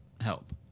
help